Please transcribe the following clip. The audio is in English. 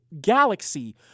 galaxy